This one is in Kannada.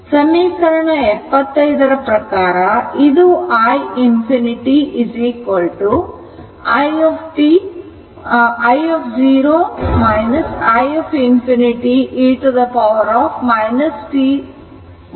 ಸಮೀಕರಣ 75 ರ ಪ್ರಕಾರ ಇದು i ∞ i t 0 i ∞ e t t t 0 ಎಂದಾಗುತ್ತದೆ